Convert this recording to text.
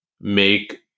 make